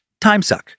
timesuck